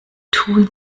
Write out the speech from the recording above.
tun